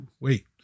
wait